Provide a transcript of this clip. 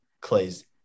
Clay's